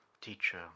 teacher